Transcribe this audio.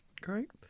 great